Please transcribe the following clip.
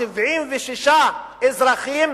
76 אזרחים